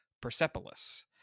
persepolis